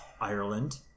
Ireland